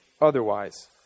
otherwise